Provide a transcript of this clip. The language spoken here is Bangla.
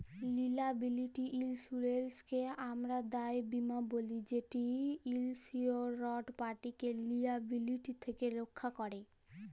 লিয়াবিলিটি ইলসুরেলসকে আমরা দায় বীমা ব্যলি যেট ইলসিওরড পাটিকে লিয়াবিলিটি থ্যাকে রখ্যা ক্যরে